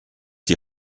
die